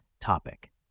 topic